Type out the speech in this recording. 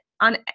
on